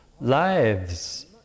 lives